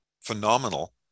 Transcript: phenomenal